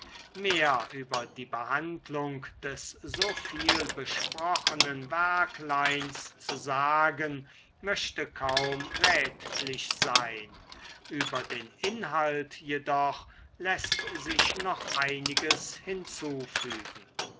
mehr über die behandlung des so viel besprochenen werkleins zu sagen möchte kaum rätlich sein über den inhalt jedoch läßt sich noch einiges hinzufügen